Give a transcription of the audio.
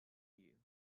you